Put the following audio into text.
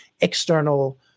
external